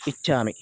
इच्छामि